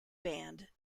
band